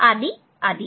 आदि आदि